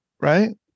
right